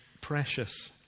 precious